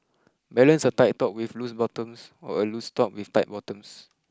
balance a tight top with loose bottoms or a loose top with tight bottoms